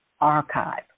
archive